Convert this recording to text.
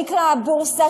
שנקרא הבורסה,